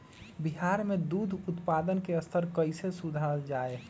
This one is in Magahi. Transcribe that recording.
बिहार में दूध उत्पादन के स्तर कइसे सुधारल जाय